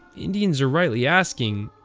indians are rightly asking,